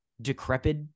decrepit